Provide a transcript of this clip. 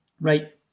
right